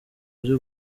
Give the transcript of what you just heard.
uzi